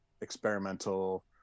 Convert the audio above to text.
experimental